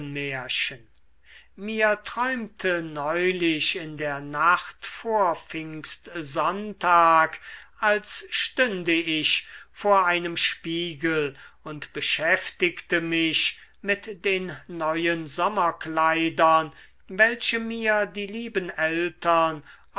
knabenmärchen mir träumte neulich in der nacht vor pfingstsonntag als stünde ich vor einem spiegel und beschäftigte mich mit den neuen sommerkleidern welche mir die lieben eltern